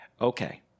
okay